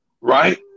right